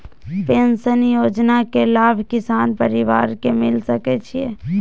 Pension योजना के लाभ किसान परिवार के मिल सके छिए?